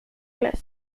clase